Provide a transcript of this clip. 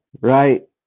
right